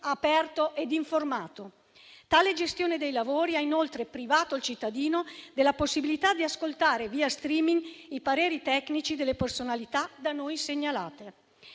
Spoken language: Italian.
aperto ed informato. Tale gestione dei lavori ha inoltre privato il cittadino della possibilità di ascoltare via *streaming* i pareri tecnici delle personalità da noi segnalate.